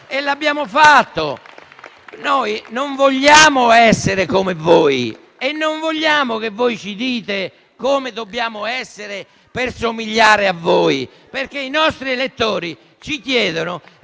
e l'abbiamo fatto. Noi non vogliamo essere come voi e non vogliamo che ci dite come dobbiamo essere per somigliare a voi, perché i nostri elettori ci chiedono